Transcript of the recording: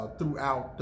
Throughout